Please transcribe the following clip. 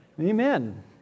Amen